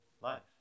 life